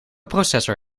processor